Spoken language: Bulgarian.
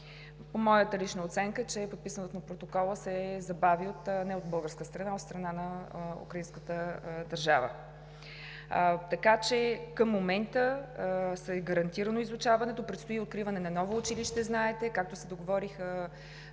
Моята лична оценка е, че подписването на протокола се забавя не от българска страна, а от страна на украинската държава. Към момента е гарантирано изучаването. Предстои откриването на ново училище, както се договориха